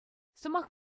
сӑмах